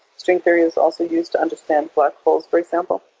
string theory is also used to understand black holes, for example.